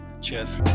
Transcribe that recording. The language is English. cheers